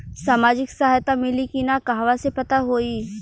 सामाजिक सहायता मिली कि ना कहवा से पता होयी?